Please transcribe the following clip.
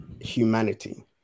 humanity